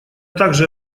также